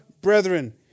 brethren